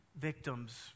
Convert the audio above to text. victims